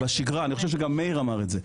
בשגרה, ואני חושב שגם מאיר אמר את זה.